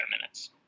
minutes